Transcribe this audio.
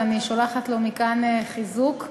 ואני שולחת לו מכאן חיזוק.